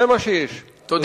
זה מה שנשאר מאותה מפלגה.